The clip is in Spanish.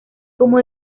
como